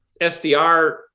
SDR